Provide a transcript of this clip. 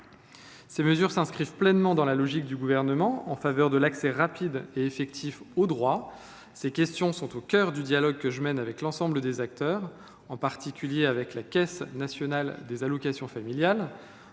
Ces mesures s’inscrivent pleinement dans la logique gouvernementale en faveur de l’accès rapide et effectif au droit. Ces questions sont au cœur du dialogue que je mène avec l’ensemble des acteurs, en particulier avec la Caisse nationale des allocations familiales